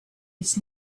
its